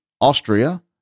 Austria